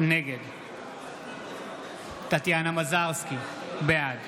נגד טטיאנה מזרסקי, בעד